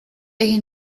egin